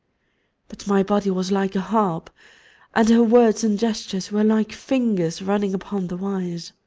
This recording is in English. but my body was like a harp and her words and gestures were like fingers running upon the wires.